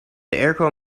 airco